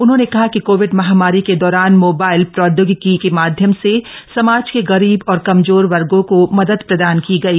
उन्होंने कहा कि कोविड महामारी के दौरान मोबाइल प्रौद्योगिकी के माध्यम से समाज के गरीब और कमजोर वर्गो को मदद प्रदान की गई